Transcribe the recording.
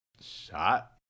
shot